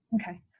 Okay